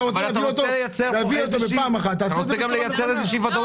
אתה רוצה להביא אותו בפעם אחת תעשה את זה בצורה נכונה.